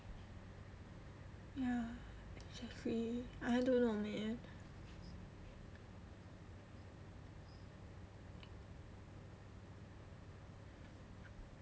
I don't know man